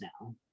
now